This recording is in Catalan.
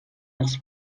els